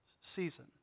season